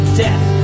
death